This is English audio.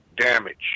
damage